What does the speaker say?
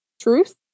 truth